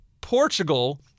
Portugal